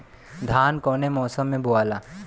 धान कौने मौसम मे बोआला?